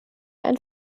ein